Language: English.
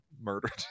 murdered